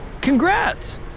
Congrats